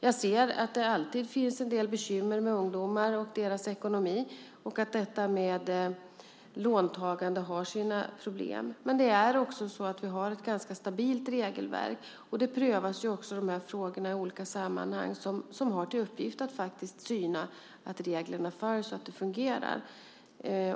Jag ser att det alltid finns en del bekymmer med ungdomar och deras ekonomi och att detta med låntagande har sina problem. Men vi har ett ganska stabilt regelverk, och frågorna prövas i olika sammanhang där man har till uppgift att syna att reglerna följs och att det hela fungerar.